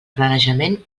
planejament